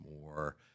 more